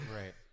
right